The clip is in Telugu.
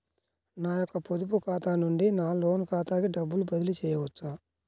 నా యొక్క పొదుపు ఖాతా నుండి నా లోన్ ఖాతాకి డబ్బులు బదిలీ చేయవచ్చా?